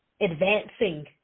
advancing